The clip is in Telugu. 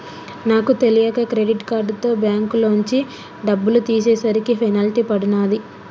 నాకు తెలియక క్రెడిట్ కార్డుతో బ్యేంకులోంచి డబ్బులు తీసేసరికి పెనాల్టీ పడినాది